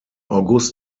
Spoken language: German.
august